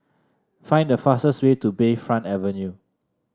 find the fastest way to Bayfront Avenue